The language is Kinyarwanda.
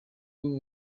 b’u